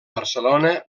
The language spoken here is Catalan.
barcelona